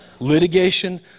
Litigation